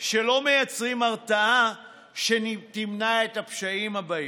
שלא מייצרים הרתעה שתמנע את הפשעים הבאים.